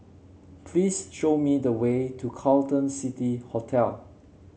please show me the way to Carlton City Hotel